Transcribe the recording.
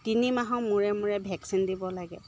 তিনি মাহৰ মূৰে মূৰে ভেকচিন দিব লাগে